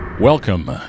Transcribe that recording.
Welcome